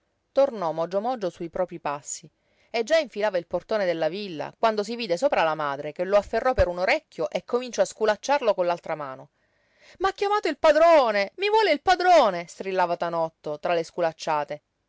mogio mogio su i proprii passi e già infilava il portone della villa quando si vide sopra la madre che lo afferrò per un orecchio e cominciò a sculacciarlo con l'altra mano m'ha chiamato il padrone i vuole il padrone strillava tanotto tra le sculacciate